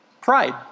Pride